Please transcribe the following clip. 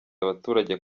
abaturage